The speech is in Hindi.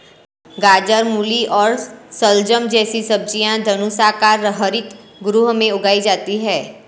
गाजर, मूली और शलजम जैसी सब्जियां धनुषाकार हरित गृह में उगाई जाती हैं